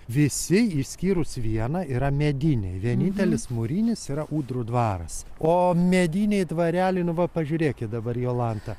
visi išskyrus vieną yra mediniai vienintelis mūrinis yra ūdrų dvaras o mediniai dvareliai nu va pažiūrėkit dabar jolanta